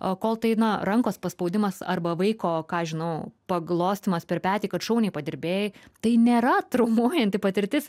o kol tai na rankos paspaudimas arba vaiko ką žinau paglostymas per petį kad šauniai padirbėjai tai nėra traumuojanti patirtis